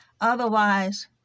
Otherwise